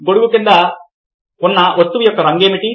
గొడుగు కింద ఉన్న వస్తువు యొక్క రంగు ఏమిటి